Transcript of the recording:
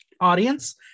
Audience